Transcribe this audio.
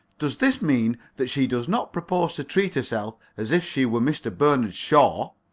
does this mean that she does not propose to treat herself as if she were mr. bernard shaw?